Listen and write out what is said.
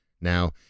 Now